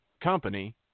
company